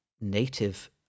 native